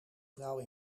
vrouw